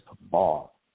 ball